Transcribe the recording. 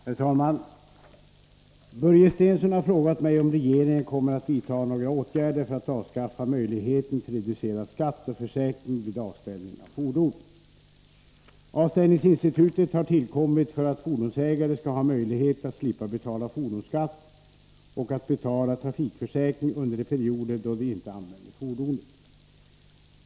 Herr talman! Börje Stensson har frågat mig om regeringen kommer att vidta några åtgärder för att avskaffa möjligheten till reducerad skatt och försäkring vid avställning av fordon. Avställningsinstitutet har tillkommit för att fordonsägare skall ha möjlighet att slippa betala fordonsskatt och trafikförsäkring under de perioder då de inte använder sina fordon.